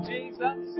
Jesus